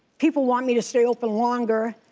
people want me to stay open longer,